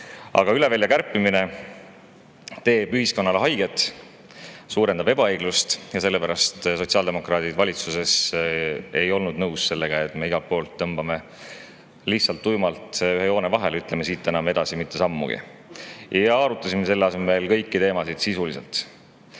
aga üle välja kärpimine teeb ühiskonnale haiget ja suurendab ebaõiglust. Sellepärast sotsiaaldemokraadid ei olnud valitsuses nõus sellega, et me igalt poolt tõmbame lihtsalt tuimalt ühe joone vahele, ütleme, siit enam edasi mitte sammugi. Me arutasime selle asemel kõiki teemasid sisuliselt.